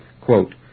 quote